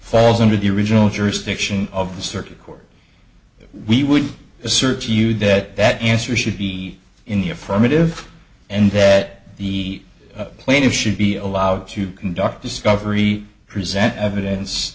falls under the original jurisdiction of the circuit court we would search you that that answer should be in the affirmative and that the plaintiff should be allowed to conduct discovery present evidence